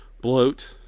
bloat